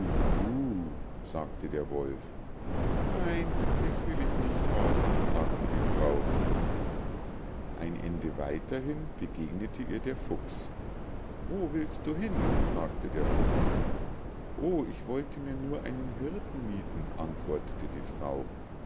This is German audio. sagte der wolf nein dich will ich nicht haben sagte die frau ein ende weiter hin begegnete ihr der fuchs wo willst du hin fragte der fuchs o ich wollte mir nur einen hirten miethen antwortete die frau